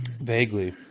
Vaguely